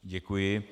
Děkuji.